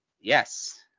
Yes